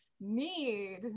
need